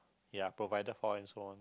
ya provided for and so on